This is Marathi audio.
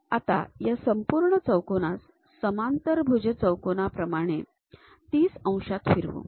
आता या संपूर्ण चौकोनास समांतरभुज चौकोनाप्रमाणे ३० अंशांत फिरवू